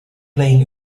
playing